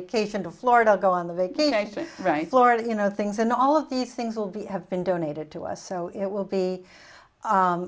vacation to florida go on the vacation right florida you know things and all of these things will be have been donated to us so it will be